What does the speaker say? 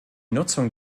nutzung